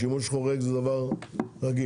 שימוש חורג זה דבר רגיל.